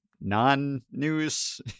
non-news